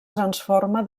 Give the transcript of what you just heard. transforma